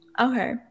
okay